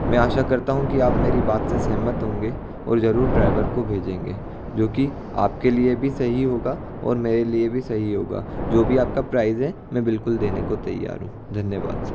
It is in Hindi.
मैं आशा करता हूँ कि आप मेरी बात से सेहमत होंगे और जरूर ड्राइवर को भेजेंगे जो कि आपके लिए भी सही होगा और मेरे लिए भी सही होगा जो भी आपका प्राइज़ है मैं बिल्कुल देने को तैयार हूँ धन्यवाद सर